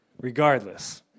Regardless